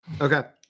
Okay